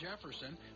Jefferson